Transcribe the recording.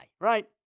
right